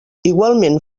igualment